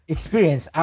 Experience